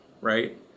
right